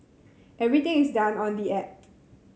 everything is done on the app